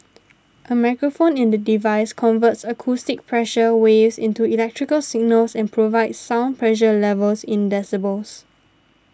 a microphone in the device converts acoustic pressure waves into electrical signals and provides sound pressure levels in decibels